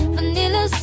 Vanilla